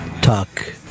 talk